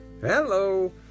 Hello